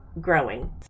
growing